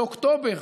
לאוקטובר,